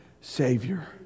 Savior